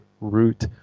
root